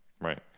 right